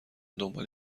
دنبال